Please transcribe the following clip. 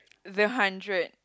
the hundred